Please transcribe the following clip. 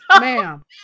Ma'am